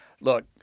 Look